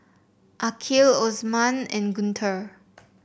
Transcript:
Aqil Osman and Guntur